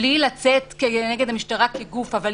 מבלי לצאת כנגד המשטרה כגוף אבל